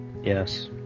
Yes